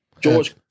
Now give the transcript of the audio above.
George